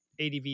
adv